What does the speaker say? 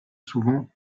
souvent